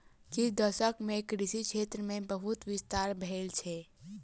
किछ दशक मे कृषि क्षेत्र मे बहुत विस्तार भेल छै